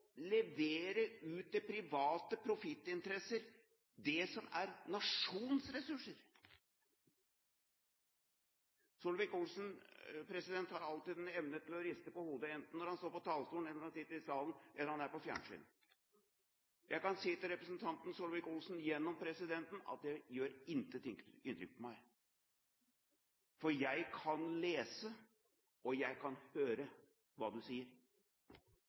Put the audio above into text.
levere ut til private profittinteresser det som er nasjonens ressurser. Solvik-Olsen har alltid en evne til å riste på hodet, enten han står på talerstolen, sitter i salen eller er på fjernsyn. Jeg kan si til representanten Solvik-Olsen gjennom presidenten at det gjør intet inntrykk på meg, for jeg kan lese, og jeg kan høre hva du sier.